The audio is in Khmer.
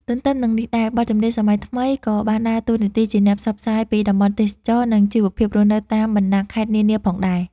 ទន្ទឹមនឹងនេះដែរ បទចម្រៀងសម័យថ្មីក៏បានដើរតួនាទីជាអ្នកផ្សព្វផ្សាយពីតំបន់ទេសចរណ៍ និងជីវភាពរស់នៅតាមបណ្ដាខេត្តនានាផងដែរ។